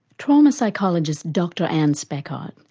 trauma psychologist dr anne speckhard,